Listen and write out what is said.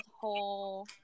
whole